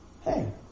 Hey